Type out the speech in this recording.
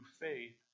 faith